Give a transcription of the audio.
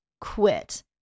quit